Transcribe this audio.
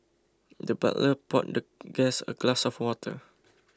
the butler poured the guest a glass of water